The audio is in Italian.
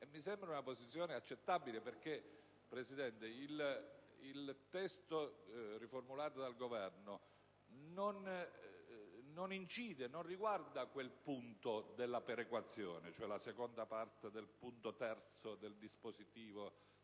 Mi sembra una posizione accettabile perché il testo riformulato dal Governo non riguarda quel punto della perequazione, cioè la seconda parte del punto terzo del dispositivo